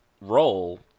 role –